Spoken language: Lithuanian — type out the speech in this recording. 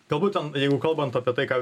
galbūt ten jeigu kalbant apie tai ką